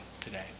today